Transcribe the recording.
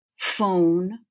phone